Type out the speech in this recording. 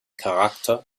charakter